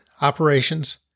Operations